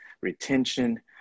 retention